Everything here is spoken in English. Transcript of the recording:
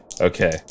Okay